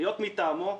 להיות מטעמו,